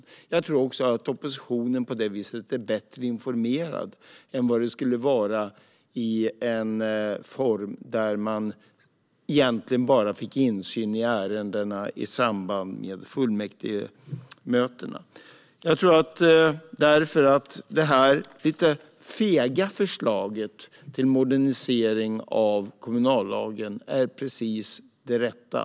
På det viset blir också oppositionen bättre informerad än vad den skulle vara i en form där man egentligen bara fick insyn i ärendena i samband med fullmäktigemötena. Jag tycker därför att detta lite fega förslag till modernisering av kommunallagen är precis det rätta.